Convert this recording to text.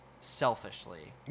Selfishly